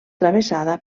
travessada